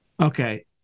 Okay